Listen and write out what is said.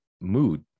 mood